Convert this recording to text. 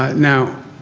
ah now